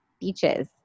beaches